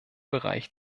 bereich